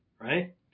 Right